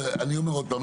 אני אומר עוד פעם,